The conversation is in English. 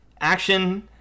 action